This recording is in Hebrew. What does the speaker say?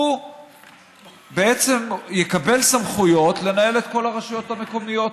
הוא יקבל סמכויות לנהל את כל הרשויות המקומיות.